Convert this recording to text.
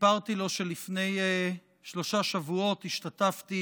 סיפרתי לו שלפני שלושה שבועות השתתפתי